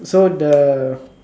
so the